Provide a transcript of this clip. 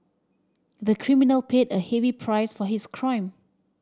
the criminal paid a heavy price for his crime